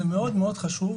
זה מאוד מאוד חשוב.